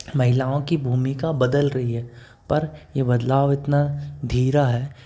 महिलाओं की भूमिका बदल रही है पर ये बदलाव इतना धीमा है